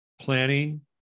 planning